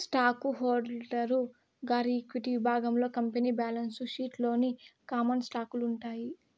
stock holder గారి equity విభాగంలో company balance sheet లోని కామన్ స్టాకులు ఉంటాయి